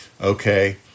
okay